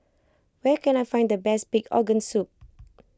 where can I find the best Pig Organ Soup